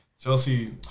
Chelsea